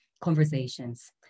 conversations